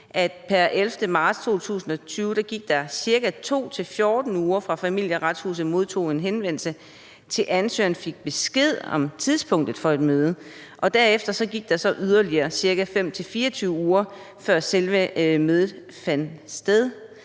pr. 11. marts 2020 gik der ca. 2-14 uger, fra Familieretshuset modtog en henvendelse, til ansøgeren fik besked om tidspunktet for et møde, og derefter gik der yderligere ca. 5-24 uger, før selve mødet fandt sted.